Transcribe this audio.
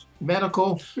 medical